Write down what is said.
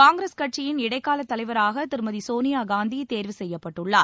காங்கிரஸ் கட்சியின் இடைக்காலத் தலைவராக திருமதி சோனியாகாந்தி தேர்வு செய்யப்பட்டுள்ளார்